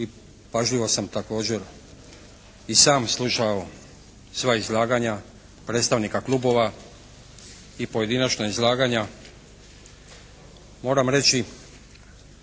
pažljivo sam također i sam slušao sva izlaganja predstavnika klubova i pojedinačna izlaganja. Moram reći